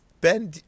Ben